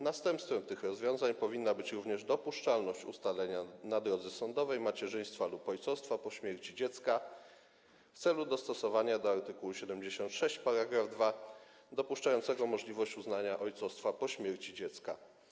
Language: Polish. Następstwem tych rozwiązań powinna być również dopuszczalność ustalenia na drodze sądowej macierzyństwa lub ojcostwa po śmierci dziecka w celu dostosowania do art. 76 § 2 dopuszczającego możliwość uznania ojcostwa po śmierci dziecka.